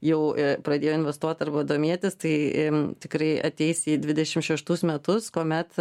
jau pradėjo investuot arba domėtis tai im tikrai ateis į dvidešimt šeštus metus kuomet